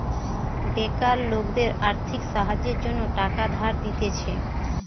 বেকার লোকদের আর্থিক সাহায্যের জন্য টাকা ধার দিতেছে